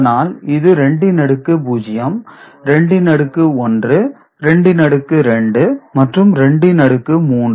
அதனால் இது 2 இன் அடுக்கு 0 2 இன் அடுக்கு1 2 இன் அடுக்கு 2 மற்றும் 2 இன் அடுக்கு 3